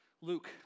Luke